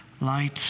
light